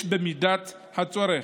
יש לתחקר במידת הצורך,